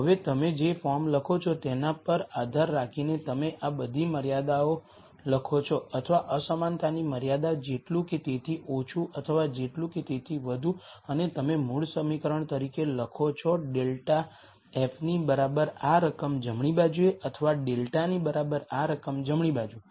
હવે તમે જે ફોર્મ લખો છો તેના પર આધાર રાખીને તમે આ બધી મર્યાદાઓ લખો છો અથવા અસમાનતાની મર્યાદા જેટલું કે તેથી ઓછું અથવા જેટલું કે તેથી વધુ અને તમે મૂળ સમીકરણ તરીકે લખો છો ∇ f ની બરાબર આ રકમ જમણી બાજુએ અથવા ∇ ની બરાબર આ રકમ જમણી બાજુ